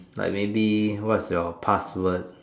like maybe what's your password